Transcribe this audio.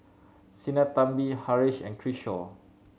Sinnathamby Haresh and Kishore